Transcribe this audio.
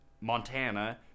Montana